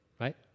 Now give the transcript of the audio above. right